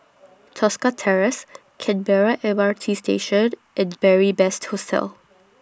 Tosca Terrace Canberra M R T Station and Beary Best Hostel